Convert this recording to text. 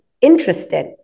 interested